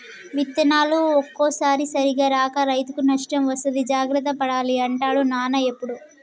విత్తనాలు ఒక్కోసారి సరిగా రాక రైతుకు నష్టం వస్తది జాగ్రత్త పడాలి అంటాడు నాన్న ఎప్పుడు